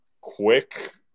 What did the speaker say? quick